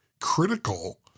critical